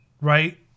right